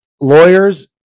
Lawyers